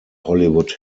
hollywood